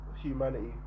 humanity